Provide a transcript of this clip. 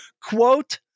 Quote